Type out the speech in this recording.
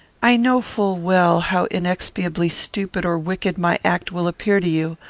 i know full well how inexpiably stupid or wicked my act will appear to you,